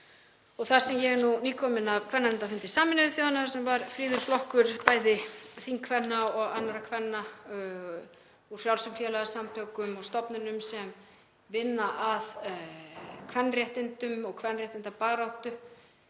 Ég er nýkomin af kvennanefndarfundi Sameinuðu þjóðanna þar sem var fríður flokkur bæði þingkvenna og annarra kvenna úr frjálsum félagasamtökum og stofnunum sem vinna að kvenréttindum og kvenréttindabaráttu.